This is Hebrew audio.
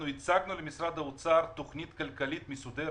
אנחנו הצגנו למשרד האוצר תכנית כלכלית מסודרת